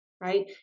right